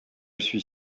suis